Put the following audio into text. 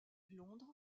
londres